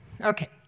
Okay